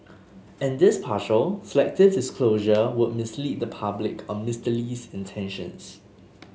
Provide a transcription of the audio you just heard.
and this partial selective disclosure would mislead the public on Mister Lee's intentions